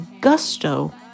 gusto